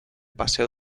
paseo